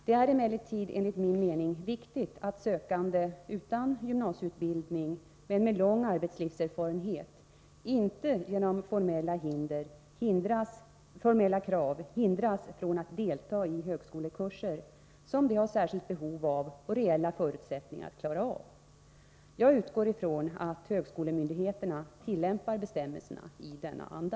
Det är emellertid enligt min mening viktigt att sökande utan gymnasieutbildning men med lång arbetslivserfarenhet inte genom formella krav hindras från att delta i högskolekurser som de har särskilt behov av och reella förutsättningar att klara av. Jag utgår från att högskolemyndigheterna tillämpar bestämmelserna i denna anda.